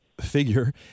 figure